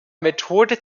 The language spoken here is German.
methode